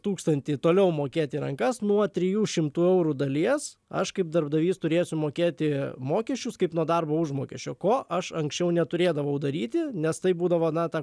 tūkstantį toliau mokėt į rankas nuo trijų šimtų eurų dalies aš kaip darbdavys turėsiu sumokėti mokesčius kaip nuo darbo užmokesčio ko aš anksčiau neturėdavau daryti nes tai būdavo na ta